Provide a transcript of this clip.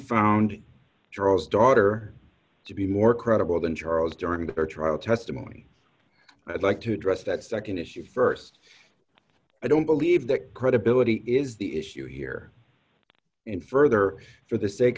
found dros daughter to be more credible than charles during her trial testimony i'd like to address that nd issue st i don't believe that credibility is the issue here and further for the sake